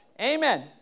amen